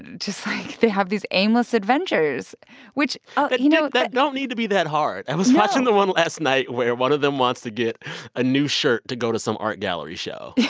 just, like, they have these aimless adventures which, you know that. that don't need to be that hard. i was watching the one last night where one of them wants to get a new shirt to go to some art gallery show,